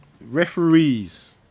Referees